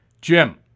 Jim